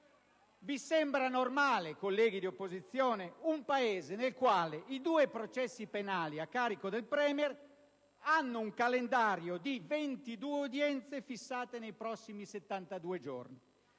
vi sembra normale un Paese nel quale i due processi penali a carico del *Premier* hanno un calendario di 22 udienze fissate nei prossimi 72 giorni?